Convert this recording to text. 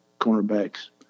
cornerback's